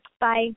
Bye